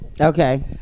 Okay